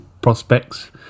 prospects